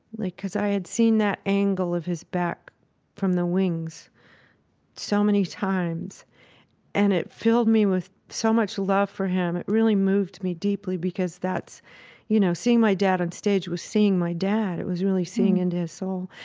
like, cause i had seen that angle of his back from the wings so many times and it filled me with so much love for him. it really moved me deeply because that's you know, seeing my dad on stage, was seeing my dad. it was really seeing into his soul.